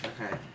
Okay